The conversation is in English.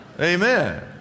amen